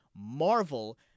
Marvel